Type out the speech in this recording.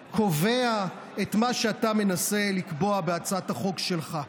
את מה שאתה מנסה לקבוע בהצעת החוק שלך.